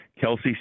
Kelsey